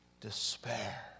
despair